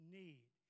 need